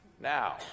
Now